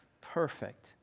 perfect